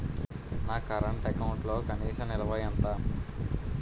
నా కరెంట్ అకౌంట్లో కనీస నిల్వ ఎంత?